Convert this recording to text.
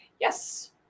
Yes